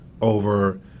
over